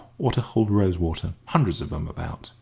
or to hold rose-water. hundreds of em about,